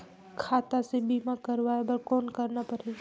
खाता से बीमा करवाय बर कौन करना परही?